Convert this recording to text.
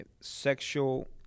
sexual